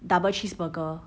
double cheeseburger